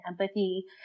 empathy